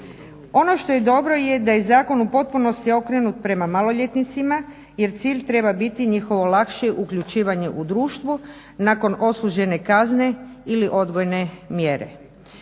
Ono što je dobro je da je zakon u potpunosti okrenut prema maloljetnicima, jer cilj treba biti njihovo lakše uključivanje u društvo nakon odslužene kazne ili odgojne mjere.